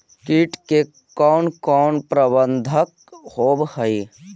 किट के कोन कोन प्रबंधक होब हइ?